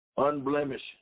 Unblemished